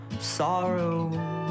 sorrow